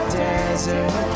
desert